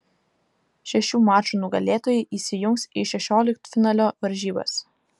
šešių mačų nugalėtojai įsijungs į šešioliktfinalio varžybas